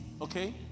Okay